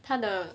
他的